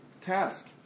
task